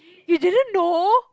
you didn't know